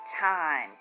Time